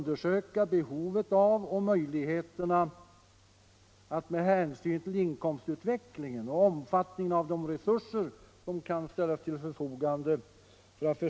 Det är ett bestämt och begränsat uppdrag.